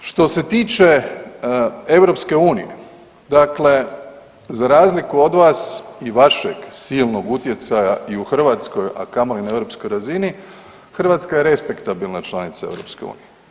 Što se tiče EU, dakle za razliku od vas i vašeg silnog utjecaja i u Hrvatskoj, a kamoli na europskoj razini, Hrvatska je respektabilna članica EU.